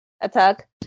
attack